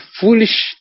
foolish